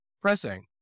pressing